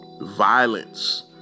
violence